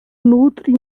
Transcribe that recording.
nutre